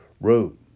wrote